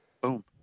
boom